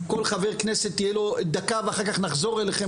כל חבר כנסת תהיה לו דקה ואחר כך נחזור אליכם